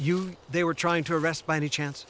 you they were trying to arrest by any chance